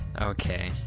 Okay